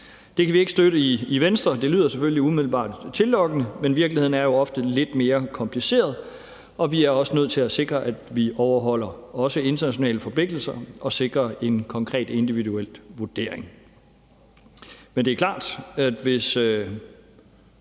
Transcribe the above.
Det kan vi ikke støtte i Venstre. Det lyder selvfølgelig umiddelbart tillokkende, men virkeligheden er jo ofte lidt mere kompliceret, og vi er også nødt til at sikre, at vi overholder også internationale forpligtelser og sikrer en konkret individuel vurdering. Men det er klart, at hvis